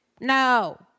no